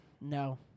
No